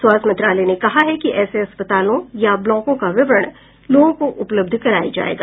स्वास्थ्य मंत्रालय ने कहा है कि ऐसे अस्पतालों या ब्लॉकों का विवरण लोगों को उपलब्ध कराया जाएगा